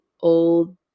old